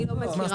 אני לא מכירה